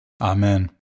Amen